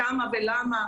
כמה ולמה.